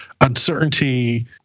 uncertainty